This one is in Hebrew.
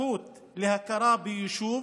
הזכות להכרה ביישוב,